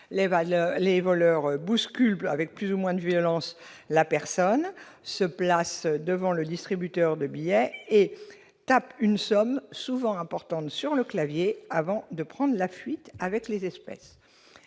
les voleurs bouscule avec plus ou moins de violence, la personne se place devant le distributeur de billets et tape une somme souvent importantes sur le clavier, avant de prendre la fuite avec les espèces